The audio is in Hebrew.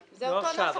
נלחם.